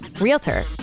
realtor